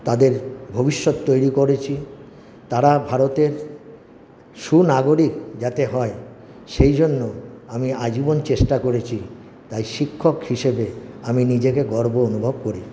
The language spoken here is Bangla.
তাদের ভবিষ্যৎ তৈরি করেছি তারা ভারতের সুনাগরিক যাতে হয় সেইজন্য আমি আজীবন চেষ্টা করেছি তাই শিক্ষক হিসেবে আমি নিজেকে গর্ব অনুভব করি